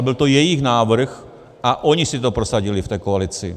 Ale byl to jejich návrh a oni si to prosadili v té koalici.